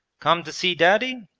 come to see daddy?